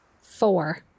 Four